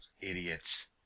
idiots